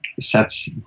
sets